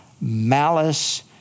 malice